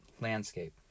Landscape